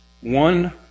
one